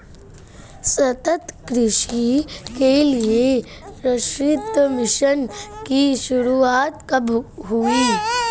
सतत कृषि के लिए राष्ट्रीय मिशन की शुरुआत कब हुई?